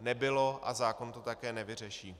Nebylo a zákon to také nevyřeší.